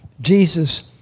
Jesus